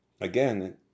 Again